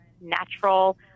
natural